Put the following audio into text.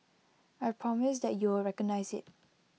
I promise that you will recognise IT